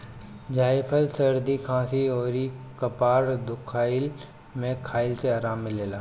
जायफल सरदी खासी अउरी कपार दुखइला में खइला से आराम मिलेला